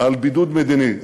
על בידוד מדיני.